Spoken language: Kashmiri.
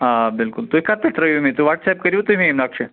آ بِلکُل تُہۍ کَتہِ پٮ۪ٹھ ترٛٲوِو مےٚ واٹٕس ایپ کَرِو تُہۍ مےٚ یہِ نقشہٕ